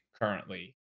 currently